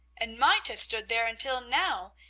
and might have stood there until now,